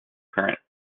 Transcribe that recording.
current